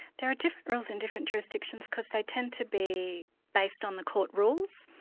there are different rules in different jurisdictions because they tend to be based on the court rules.